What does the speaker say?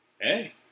Hey